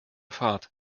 fahrt